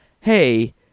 hey